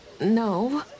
no